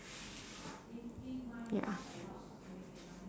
ya